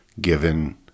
given